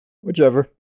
Whichever